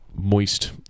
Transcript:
moist